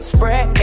Spread